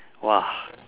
!wah!